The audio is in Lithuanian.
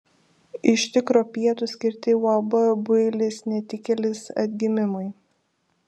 iš tikro pietūs skirti uab builis netikėlis atgimimui